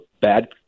bad